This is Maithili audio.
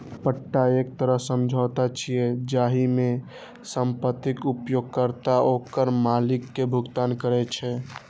पट्टा एक तरह समझौता छियै, जाहि मे संपत्तिक उपयोगकर्ता ओकर मालिक कें भुगतान करै छै